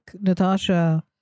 Natasha